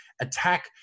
attack